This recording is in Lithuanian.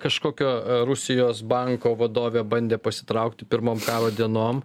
kažkokio rusijos banko vadovė bandė pasitraukti pirmom karo dienom